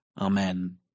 Amen